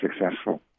successful